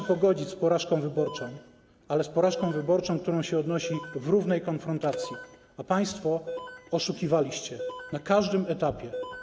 Można się pogodzić z porażką wyborczą, ale z porażką wyborczą, którą się ponosi w równej konfrontacji, a państwo oszukiwaliście na każdym etapie.